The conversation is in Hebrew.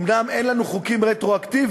אומנם אין לנו חוקים רטרואקטיביים,